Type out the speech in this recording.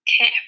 Okay